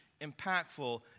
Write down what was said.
impactful